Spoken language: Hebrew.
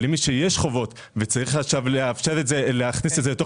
אבל למי שיש חובות וצריך עכשיו להכניס לתוך